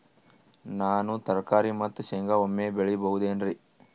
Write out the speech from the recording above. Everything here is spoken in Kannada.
ನಾನು ತರಕಾರಿ ಮತ್ತು ಶೇಂಗಾ ಒಮ್ಮೆ ಬೆಳಿ ಬಹುದೆನರಿ?